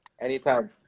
Anytime